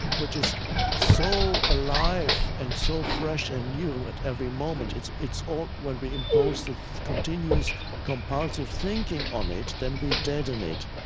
which is so alive and so fresh and new at every moment. it's it's all when we impose the continuously compulsive thinking on it then we deaden it,